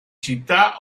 città